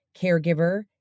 caregiver